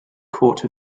court